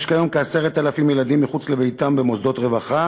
יש כיום כ-10,000 ילדים מחוץ לביתם, במוסדות רווחה